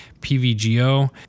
PVGO